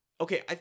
Okay